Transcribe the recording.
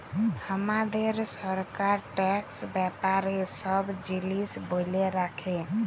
হামাদের সরকার ট্যাক্স ব্যাপারে সব জিলিস ব্যলে রাখে